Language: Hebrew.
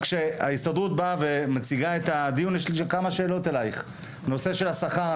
כשההסתדרות באה ומציגה את הדיון יש לי כמה שאלות בנושאים של השכר,